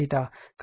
కాబట్టి P1 980